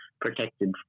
protected